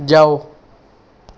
ਜਾਓ